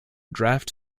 draft